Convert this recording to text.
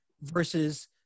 versus